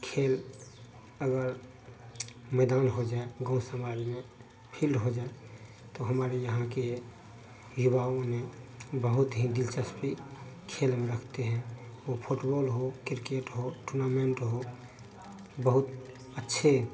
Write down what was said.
खेल अगर मैदान हो जाए गाँव समाज में फील्ड हो जाए तो हमारे यहाँ के युवाओं ने बहुत ही दिलचस्पी खेल में रखते हैं वह फ़ुटबॉल हो क्रिकेट हो टूर्नामेन्ट हो बहुत अच्छे